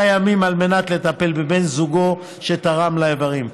ימים על מנת לטפל בבן זוגו שתרם איברים.